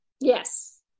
yes